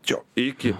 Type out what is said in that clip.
jo iki